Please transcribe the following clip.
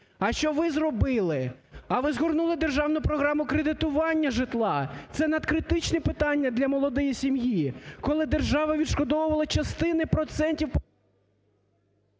А що ви зробили? А ви згорнули державну програму кредитування житла, це надкритичне питання для молодої сім'ї, коли держава відшкодовувала частини процентів